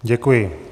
Děkuji.